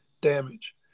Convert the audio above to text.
damage